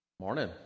Morning